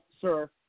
sir